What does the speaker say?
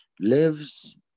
lives